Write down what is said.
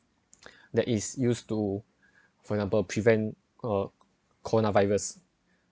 that is used to for example prevent uh coronavirus